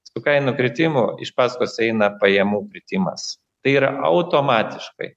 su kainų kritimu iš paskos eina pajamų kritimas tai yra automatiškai